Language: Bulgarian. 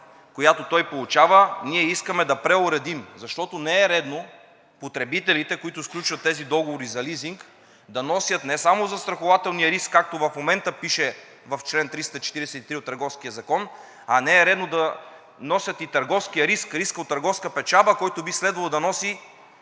която той получава, ние искаме да преуредим, защото не е редно потребителите, които сключват тези договори за лизинг, да носят не само застрахователния риск, както в момента пише в чл. 343 от Търговския закон, а не е редно да носят и търговския риск – риска от търговска печалба, който би следвало да носи